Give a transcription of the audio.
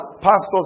pastors